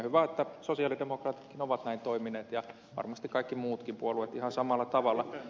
hyvä että sosialidemokraatitkin ovat näin toimineet ja varmasti kaikki muutkin puolueet ihan samalla tavalla